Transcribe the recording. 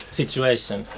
situation